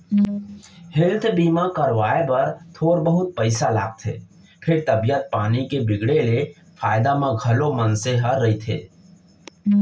health बीमा करवाए बर थोर बहुत पइसा लागथे फेर तबीयत पानी के बिगड़े ले फायदा म घलौ मनसे ह रहिथे